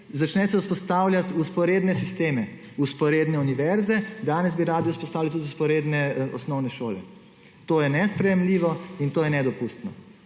začnete vzpostavljati vzporedne sisteme, vzporedne univerze, danes bi radi vzpostavili tudi vzporedne osnovne šole. To je nesprejemljivo in to je nedopustno.